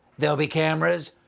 there'll be cameras?